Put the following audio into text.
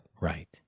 Right